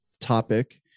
topic